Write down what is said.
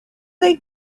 they